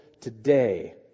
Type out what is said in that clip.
today